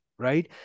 right